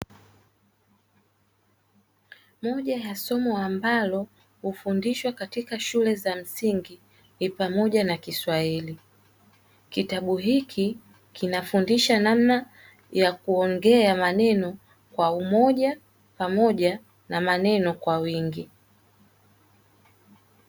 Moja ya somo ambalo hufundishwa katika shule za msingi ni pamoja na kiswahili, kitabu hiki kinafundisha namna ya kuongea maneno kwa umoja pamoja na maneno kwa wingi.